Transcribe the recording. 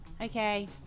okay